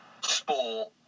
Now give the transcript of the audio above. sport